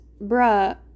bruh